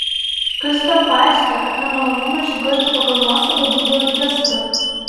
kas ten paistė apie malonumą žygiuoti pagal nuosavą dūdų orkestrą